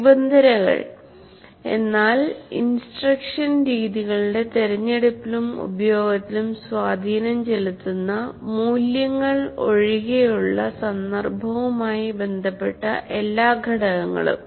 നിബന്ധനകൾ എന്നാൽ ഇൻസ്ട്രക്ഷൻ രീതികളുടെ തിരഞ്ഞെടുപ്പിലും ഉപയോഗത്തിലും സ്വാധീനം ചെലുത്തുന്ന മൂല്യങ്ങൾ ഒഴികെയുള്ള സന്ദർഭവുമായി ബന്ധപ്പെട്ട എല്ലാ ഘടകങ്ങളും